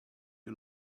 you